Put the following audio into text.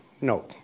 no